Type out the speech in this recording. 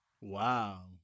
Wow